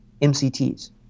MCTs